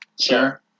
sure